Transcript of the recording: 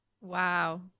Wow